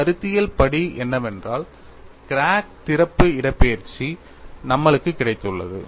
கருத்தியல் படி என்னவென்றால் கிராக் திறப்பு இடப்பெயர்ச்சி நம்மளுக்கு கிடைத்துள்ளது